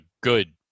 good